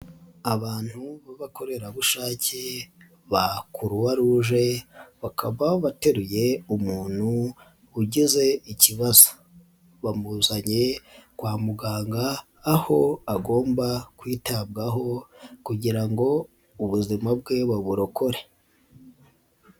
Abantu b'abakorerabushake ba Croix Rouge bakaba bateruye umuntu ugize ikibazo, bamuzanye kwa muganga aho agomba kwitabwaho kugira ngo ubuzima bwe baburokore.